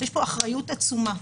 יש פה אחריות עצומה.